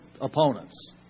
opponents